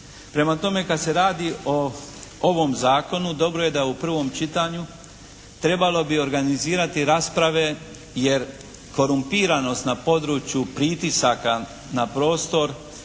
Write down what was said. Prema tome, kad se radi o ovom Zakonu dobro je da u prvom čitanju trebalo bi organizirati rasprave jer korumpiranost na području pritisaka na prostor